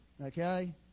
Okay